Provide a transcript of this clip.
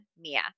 Mia